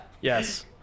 yes